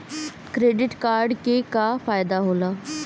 Credit card के का फायदा होला?